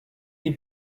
die